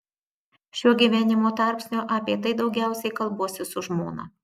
šiuo gyvenimo tarpsniu apie tai daugiausiai kalbuosi su žmona